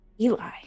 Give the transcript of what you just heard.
Eli